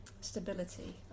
stability